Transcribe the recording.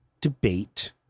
debate